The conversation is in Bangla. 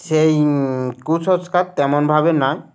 সেই কুসংস্কার তেমনভাবে নয়